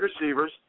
receivers